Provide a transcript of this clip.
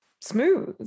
smooth